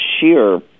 sheer